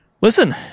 Listen